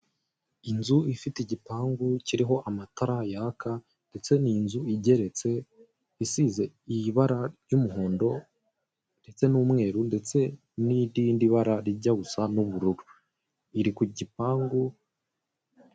Inzu ifite igipangu kiriho amatara yaka, ndetse ni inzu igeretse, isize mu ibara ry'umuhondo, ndetse n'umweru ndetse n'irindi bara rijya gusa ubururu. Iri kugipangu